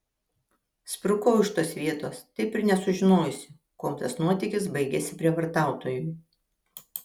sprukau iš tos vietos taip ir nesužinojusi kuom tas nuotykis baigėsi prievartautojui